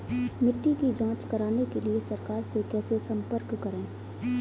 मिट्टी की जांच कराने के लिए सरकार से कैसे संपर्क करें?